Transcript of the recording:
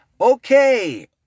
Okay